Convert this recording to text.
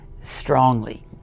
strongly